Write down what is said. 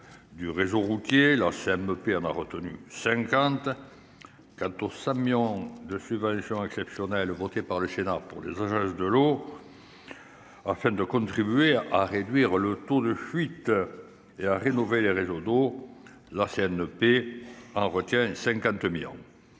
du réseau routier, la CMP en a retenu 50. Quant aux 100 millions de subventions exceptionnelles votées par le Sénat pour les agences de l'eau afin de contribuer à réduire le taux de fuite et à rénover les réseaux d'eau, la CMP n'en retient que 50 millions.